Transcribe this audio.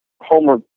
Homer